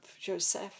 Joseph